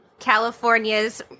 California's